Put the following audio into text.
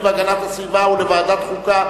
והגנת הסביבה ולוועדת חוקה,